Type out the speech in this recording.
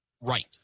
right